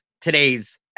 today's